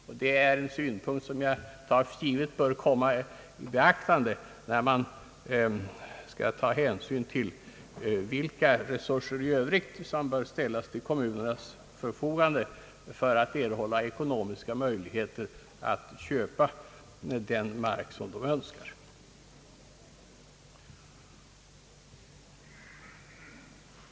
Jag tar för givet att denna synpunkt tas i beaktande när man skall bedöma vilka resurser i övrigt som bör ställas till kommunernas förfogande för att de skall erhålla ekonomiska möjligheter att köpa den mark de önskar.